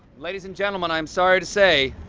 ladies and gentlemen, i am sorry to say,